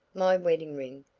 my wedding ring,